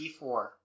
d4